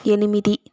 ఎనిమిది